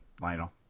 Lionel